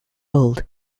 old